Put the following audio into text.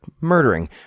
murdering